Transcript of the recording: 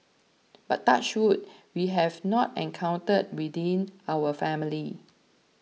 but touch wood we have not encountered within our family